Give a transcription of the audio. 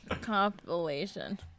Compilation